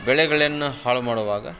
ಬೆಳೆಗಳನ್ನು ಹಾಳು ಮಾಡುವಾಗ